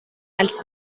als